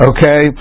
Okay